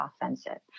offensive